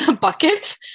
buckets